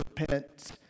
repent